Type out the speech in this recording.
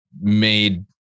made